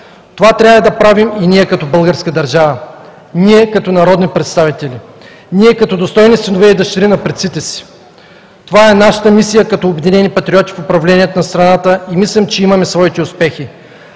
Това трябва да правим и ние като българска държава, ние като народни представители, ние като достойни синове и дъщери на предците си. Това е нашата мисия като „Обединени патриоти“ в управлението на страната и мислим, че имаме своите успехи.